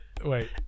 Wait